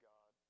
God